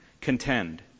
contend